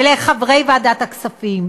ולחברי ועדת הכספים,